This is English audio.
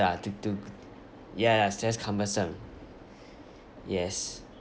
ya tuk tuk ya like that's cumbersome yes